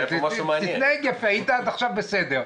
תתנהג יפה, היית עד עכשיו בסדר.